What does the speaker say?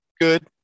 good